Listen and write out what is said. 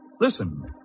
Listen